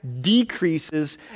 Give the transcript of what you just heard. decreases